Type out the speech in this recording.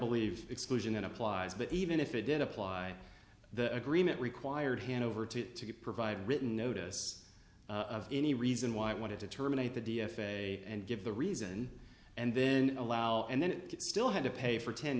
believe exclusion applies but even if it did apply the agreement required hanover to provide written notice of any reason why it wanted to terminate the d f a and give the reason and then allow and then still had to pay for ten